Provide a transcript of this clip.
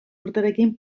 urterekin